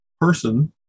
person